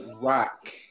rock